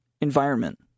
environment